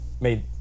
made